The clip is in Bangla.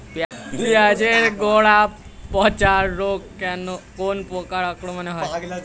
পিঁয়াজ এর গড়া পচা রোগ কোন পোকার আক্রমনে হয়?